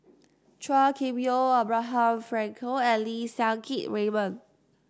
Chua Kim Yeow Abraham Frankel and Lim Siang Keat Raymond